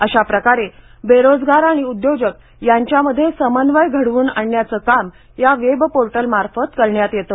अशा प्रकारे बेरोजगार आणि उद्योजक यांच्यामध्ये समन्वय घडवून आणण्याचे काम या वेबपोर्टलमार्फत करण्यात येतं